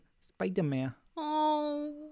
Spider-Man